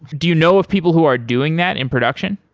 do you know of people who are doing that in production?